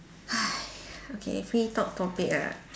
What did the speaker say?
okay free talk topic ah